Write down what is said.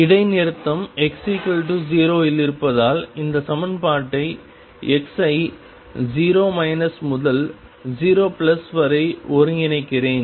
இடைநிறுத்தம் x 0 இல் இருப்பதால் இந்த சமன்பாட்டை x ஐ 0 முதல் 0 வரை ஒருங்கிணைக்கிறேன்